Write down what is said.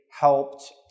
helped